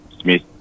Smith